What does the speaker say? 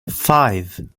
five